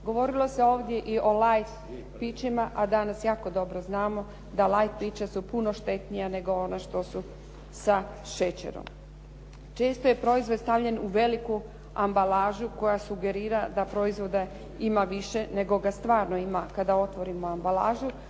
Govorilo se ovdje i o light pićima, a danas jako dobro znamo da light pića su puno štetnija, nego ona što su sa šećerom. Često je proizvod stavljan u veliku ambalažu koja sugerira da proizvoda ima više, nego ga stvarno ima, kada otvorimo ambalažu.